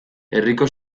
herriko